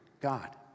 God